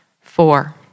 Four